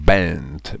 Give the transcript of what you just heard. Band